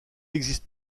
existe